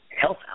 health